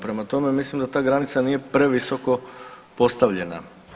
Prema tome, mislim da ta granica nije previsoko postavljena.